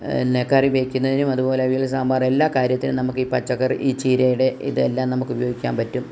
പിന്നെ കറി വെക്കുന്നതിനും അതുപോലെ അവിയല് സാമ്പാറ് എല്ലാ കാര്യത്തിനും നമുക്ക് ഈ പച്ചക്കറി ഈ ചീരയുടെ ഇതെല്ലം നമുക്ക് ഉപയോഗിക്കാൻ പറ്റും